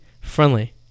friendly